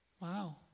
Wow